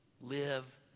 Live